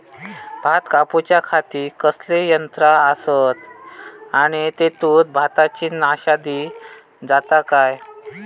भात कापूच्या खाती कसले यांत्रा आसत आणि तेतुत भाताची नाशादी जाता काय?